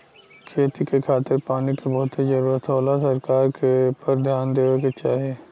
खेती के खातिर पानी के बहुते जरूरत होला सरकार के एपर ध्यान देवे के चाही